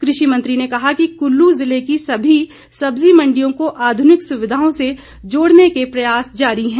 कृषि मंत्री ने कहा कि कुल्लू जिले की सभी सब्जी मंडियों को आधुनिक सुविधाओं से जोड़ने के प्रयास जारी है